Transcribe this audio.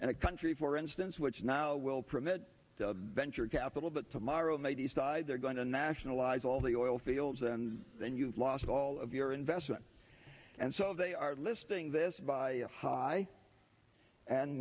a country for instance which now will permit the venture capital but tomorrow they decide they're going to nationalize all the oil fields and then you've lost all of your investment and so they are listing this by high and